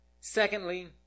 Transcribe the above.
Secondly